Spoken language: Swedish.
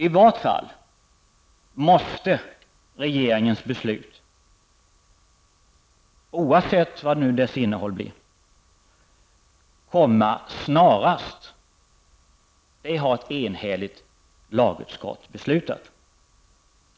I varje fall måste regeringens beslut, oavsett dess innehåll, komma snarast. Det har lagutskottet beslutat enhälligt.